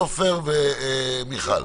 סופר ומיכל.